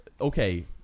Okay